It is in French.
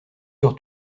sur